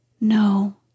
No